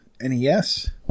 NES